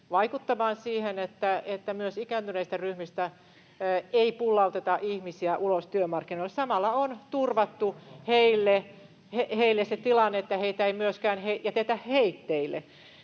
vaikuttamaan siihen, että myöskään ikääntyneistä ryhmistä ei pullauteta ihmisiä ulos työmarkkinoilta. [Jani Mäkelä: Ei varmaan pullauteta!] Samalla on turvattu heille se tilanne, että heitä ei myöskään jätetä heitteille.